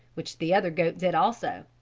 which the other goat did also.